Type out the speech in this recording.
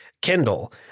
Kindle